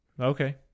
Okay